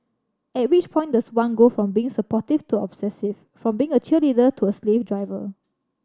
at which point does one go from being supportive to obsessive from being a cheerleader to a slave driver